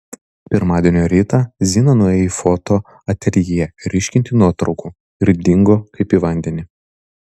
pirmadienio rytą zina nuėjo į foto ateljė ryškinti nuotraukų ir dingo kaip į vandenį